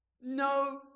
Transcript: No